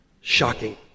Shocking